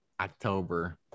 October